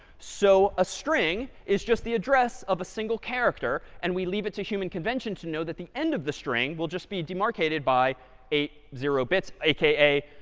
so a string is just the address of a single character. and we leave it to human convention to know that the end of the string will just be demarcated by eight eight zero bits, a k a.